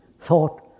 Thought